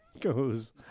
goes